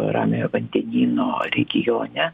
ramiojo vandenyno regione